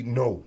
no